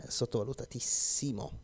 sottovalutatissimo